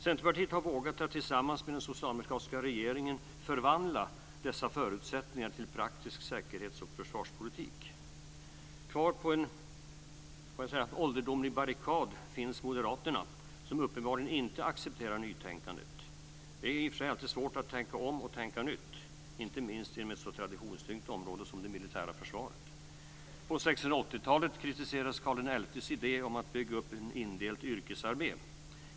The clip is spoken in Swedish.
Centerpartiet har tillsammans med den socialdemokratiska regeringen vågat förvandla dessa förutsättningar till praktisk säkerhets och försvarspolitik. Kvar på en ålderdomlig barrikad - får jag säga så? - finns moderaterna, som uppenbarligen inte accepterar nytänkandet. Det är i och för sig alltid svårt att tänka om och tänka nytt, inte minst inom ett så traditionstyngt område som det militära försvaret. På 1680-talet kritiserades Karl XI:s idé om att bygga upp en indelt yrkesarmé.